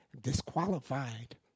disqualified